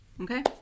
Okay